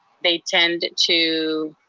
they tend to